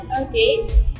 Okay